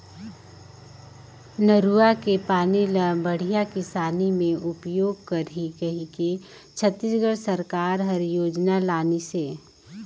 नरूवा के पानी ल बड़िया किसानी मे उपयोग करही कहिके छत्तीसगढ़ सरकार हर योजना लानिसे